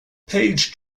page